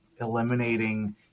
eliminating